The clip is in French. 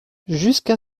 jusqu’à